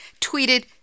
tweeted